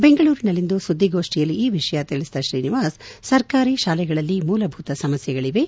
ಬೆಂಗಳೂರಿನಲ್ಲಿಂದು ಸುದ್ದಿಗೋಷ್ಠಿಯಲ್ಲಿ ಈ ವಿಷಯ ತಿಳಿಸಿದ ಶ್ರೀನಿವಾಸ್ ಸರ್ಕಾರಿ ಶಾಲೆಗಳಲ್ಲಿ ಮೂಲಭೂತ ಸಮಸ್ನೆಗಳಿವೆ